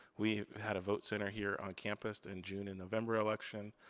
we had a vote center here on campus in june and november election.